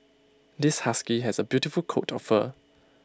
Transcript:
this husky has A beautiful coat of fur